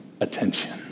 attention